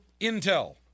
Intel